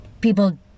people